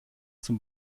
zum